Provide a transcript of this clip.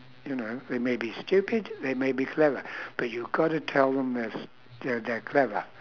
you know they may be stupid they may be clever but you got to tell them there's they're they're clever